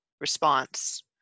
response